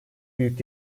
büyük